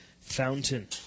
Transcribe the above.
fountain